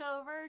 over